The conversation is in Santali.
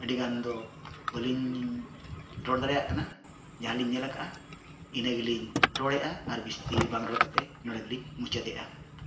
ᱟᱹᱰᱤ ᱜᱟᱱ ᱫᱚ ᱵᱟᱹᱞᱤᱧ ᱨᱚᱲ ᱫᱟᱲᱮᱭᱟᱜ ᱠᱟᱱᱟ ᱡᱟᱦᱟᱸᱞᱤᱧ ᱧᱮᱞ ᱠᱟᱜᱼᱟ ᱤᱱᱟᱹᱜᱤᱞᱤᱧ ᱨᱚᱲᱮᱜᱼᱟ ᱟᱨ ᱡᱟᱹᱥᱛᱤ ᱵᱟᱝ ᱨᱚᱲ ᱠᱟᱛᱮ ᱱᱚᱸᱰᱮ ᱜᱮᱞᱤᱧ ᱢᱩᱪᱟᱹᱫᱮᱜᱼᱟ